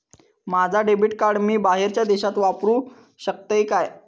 माझा debit card मी बाहेरच्या देशात वापरू शकतय काय?